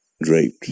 draped